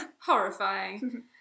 horrifying